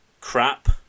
crap